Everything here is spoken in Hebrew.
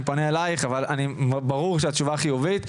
אני פונה אלייך - ברור לי שהתשובה חיובית,